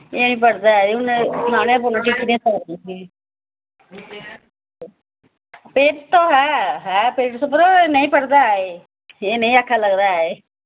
एह् नी पढ़दा ऐ जानां गै पौनां ऐ स्कूल फिरदा ऐ नेंई पढ़दा ऐ एह् नेंई आक्खै लगदा ऐ एह्